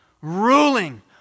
ruling